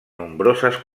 nombroses